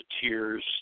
tears